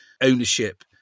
ownership